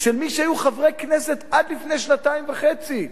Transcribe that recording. של מי שהיו חברי כנסת עד לפני שנתיים וחצי,